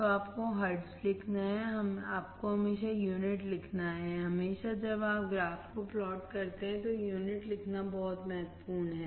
तो आपको हर्ट्ज लिखना है आपको हमेशा यूनिट लिखना है हमेशा जब आप ग्राफ को प्लॉट करते हैं तो यूनिट लिखना बहुत महत्वपूर्ण है